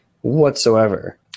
whatsoever